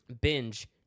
binge